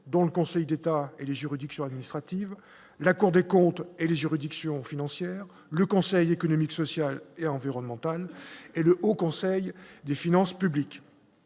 dont le Conseil d'État et les juridictions administratives, la Cour des comptes et les juridictions financières, le Conseil économique, social et environnemental et le Haut conseil des finances publiques,